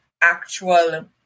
actual